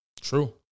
True